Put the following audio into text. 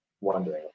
wondering